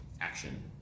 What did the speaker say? action